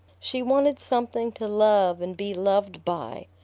she wanted something to love and be loved by.